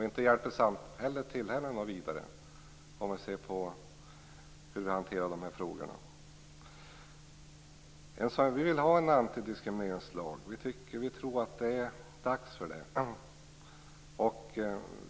Samhället hjälper inte heller till särskilt mycket, om man ser till hur de här frågorna hanteras. Vi vill ha en antidiskrimineringslag. Vi tror att det är dags för en sådan.